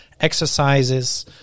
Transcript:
exercises